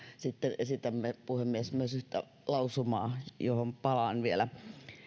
sitten esitämme puhemies myös yhtä lausumaa johon palaan vielä